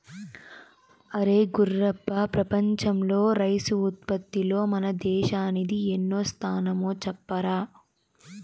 అరే గుర్రప్ప ప్రపంచంలో రైసు ఉత్పత్తిలో మన దేశానిది ఎన్నో స్థానమో చెప్పరా